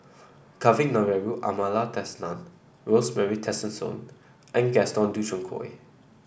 Kavignareru Amallathasan Rosemary Tessensohn and Gaston Dutronquoy